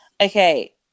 Okay